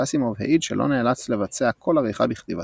ואסימוב העיד שלא נאלץ לבצע כל עריכה בכתיבתו.